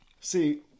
See